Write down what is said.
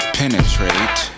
penetrate